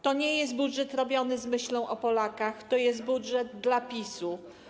To nie jest budżet robiony z myślą o Polakach, to jest budżet dla PiS-u.